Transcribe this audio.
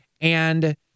And-